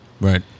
Right